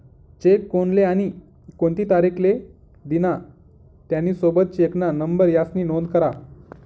check कोनले आणि कोणती तारीख ले दिना, त्यानी सोबत चेकना नंबर यास्नी नोंद करा